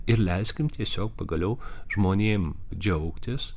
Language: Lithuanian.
ir leiskim tiesiog pagaliau žmonėm džiaugtis